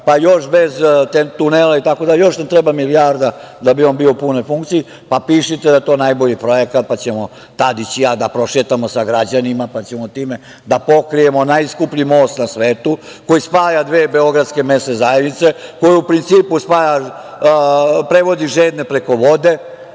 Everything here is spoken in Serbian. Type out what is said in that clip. pa još bez tunela, još nam treba milijarda, da bi on bio u punoj funkciji, pa pišite da je to najbolji projekat, pa ćemo Tadić i ja da prošetamo sa građanima, pa ćemo time da pokrijemo najskuplji most na svetu, koji spaja dve Beogradske mesne zajednice, koji u principu prevodi žedne preko vode,